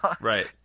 right